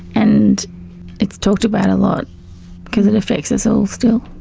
and it's talked about a lot because it affects us all still.